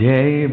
Day